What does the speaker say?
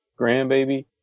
grandbaby